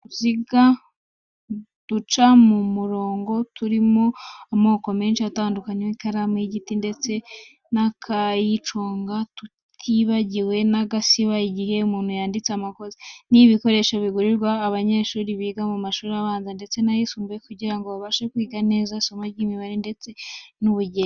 Uducaruziga, uducamurongo turi mu moko menshi atandukanye, ikaramu y'igiti ndetse n'akayiconga, tutibagiye n'agasiba igihe umuntu yanditse amakosa. Ni ibikoresho bigurirwa abanyeshuri biga mu mashuri abanza ndetse n'ayisumbuye kugira ngo babashe kwiga neza isomo ry'imibare ndetse n'ubugenge.